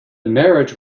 marriage